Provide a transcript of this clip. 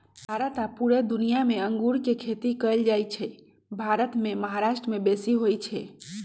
भारत आऽ पुरे दुनियाँ मे अङगुर के खेती कएल जाइ छइ भारत मे महाराष्ट्र में बेशी होई छै